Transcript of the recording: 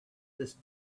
this